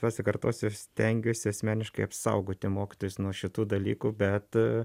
pasikartosiu aš stengiuos asmeniškai apsaugoti mokytojus nuo šitų dalykų bet